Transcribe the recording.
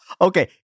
Okay